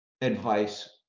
Advice